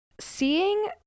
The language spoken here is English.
seeing